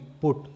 put